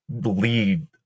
lead